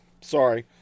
sorry